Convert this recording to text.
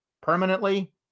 permanently